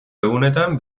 egunetan